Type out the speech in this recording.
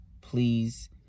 please